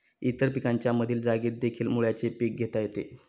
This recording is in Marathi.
इतर पिकांच्या मधील जागेतदेखील मुळ्याचे पीक घेता येते